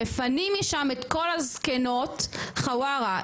מפנים משם את כל הזקנות חווארה,